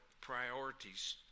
priorities